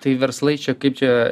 tai verslai čia kaip čia